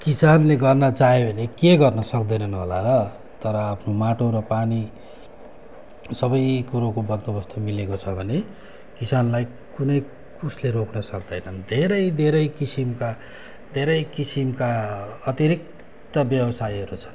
किसानले गर्न चाह्यो भने के गर्नु सक्दैनन् होला र तर आफ्नो माटो र पानी सबै कुरोको बन्दोबस्त मिलेको छ भने किसानलाई कुनै कुछले रोक्नु सक्दैनन् धेरै धेरै किसिमका धेरै किसिमका अतिरिक्त व्यवसायहरू छ